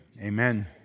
Amen